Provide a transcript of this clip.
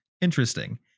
interesting